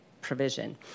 provision